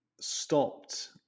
stopped